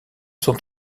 sont